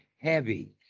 heavy